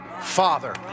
Father